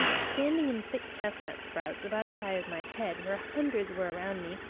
standing in thick chestnut sprouts about as high as my head, where hundreds were around me,